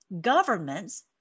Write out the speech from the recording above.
governments